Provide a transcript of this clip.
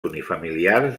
unifamiliars